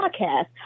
podcast